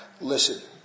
Listen